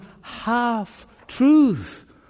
half-truth